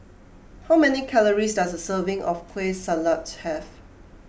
how many calories does a serving of Kueh Salat have